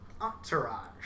Entourage